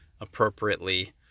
appropriately